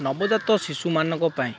ନବଜାତ ଶିଶୁମାନଙ୍କ ପାଇଁ